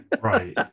Right